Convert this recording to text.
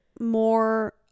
more